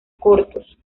cortos